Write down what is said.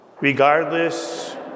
regardless